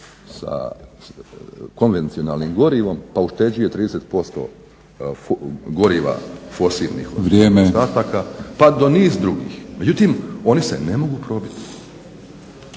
sa konvencionalnim gorivom pa ušteđuje 30% goriva fosilnih pa do niz drugih. Međutim, oni se ne mogu probiti